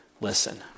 listen